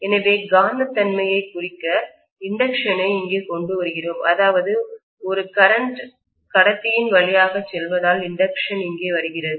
எனவே காந்தத்தன்மையைக் குறிக்க தூண்டல் இண்டக்ஷன் ஐ இங்கே கொண்டு வருகிறோம்அதாவது ஒரு கரண்ட்மின்னோட்டம் கடத்தியின் வழியாக செல்வதால் இண்டக்ஷன் இங்கே வருகிறது